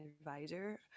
advisor